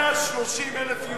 130,000 יהודים.